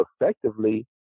effectively